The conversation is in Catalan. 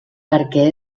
perquè